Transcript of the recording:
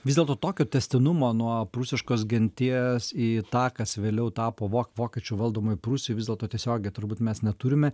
vis dėlto tokio tęstinumo nuo prūsiškos genties į tą kas vėliau tapo vo vokiečių valdomoj prūsijoj vis dėlto tiesiogiai turbūt mes neturime